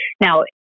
Now